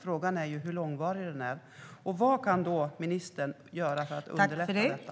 Frågan är hur långvarig den blir. Vad kan ministern göra för att underlätta?